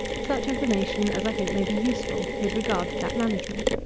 such information as i think may be useful with regard to that management.